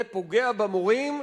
זה פוגע במורים,